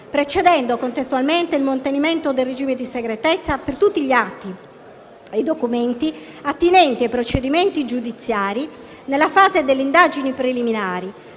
procedendo contestualmente al mantenimento del regime di segretezza per tutti gli atti e i documenti attinenti ai procedimenti giudiziari nella fase delle indagini preliminari